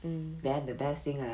then the best thing ah